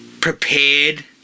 prepared